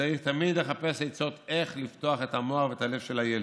וצריך תמיד לחפש עצות איך לפתוח את המוח ואת הלב של הילד.